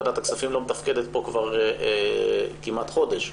ועדת הכספים לא מתפקדת פה כבר כמעט חודש.